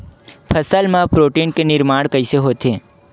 फसल मा प्रोटीन के निर्माण कइसे होथे?